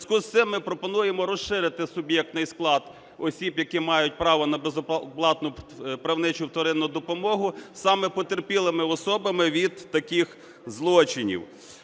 У зв'язку з цим ми пропонуємо розширити суб'єктний склад осіб, які мають право на безоплатну правничу первинну допомогу саме потерпілими особами від таких злочинів.